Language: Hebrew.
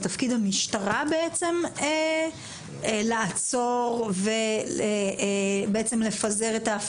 זה תפקיד המשטרה בעצם לעצור ובעצם לפזר את ההפגנה?